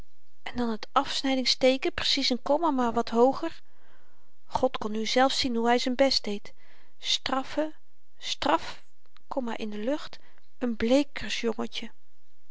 en dan t afsnydingsteeken precies n komma maar wat hooger god kon nu zelf zien hoe hy z'n best deed straffe straff komma in de lucht n